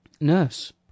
Nurse